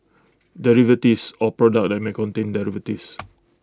derivatives or products that may contain derivatives